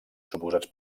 suposats